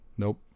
Nope